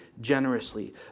generously